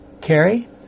Carrie